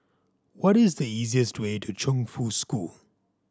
what is the easiest way to Chongfu School